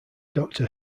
doctor